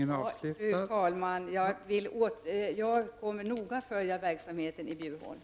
Fru talman! Jag kommer att noga följa verksamheten i Bjurholm.